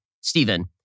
Stephen